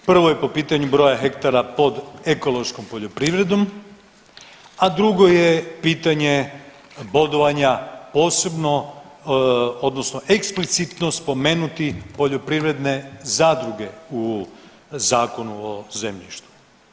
Prvo je po pitanju broja hektara pod ekološkom poljoprivrednom, a drugo je pitanje bodovanja posebno odnosno eksplicitno spomenuti poljoprivredne zadruge u zakonu o zemljištu.